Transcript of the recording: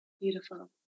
Beautiful